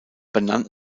benannt